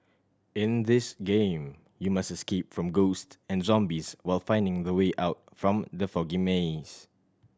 in this game you must escape from ghosts and zombies while finding the way out from the foggy maze